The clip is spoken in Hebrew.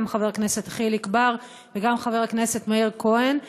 גם חבר הכנסת חיליק בר וגם חבר הכנסת מאיר כהן,